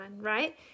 right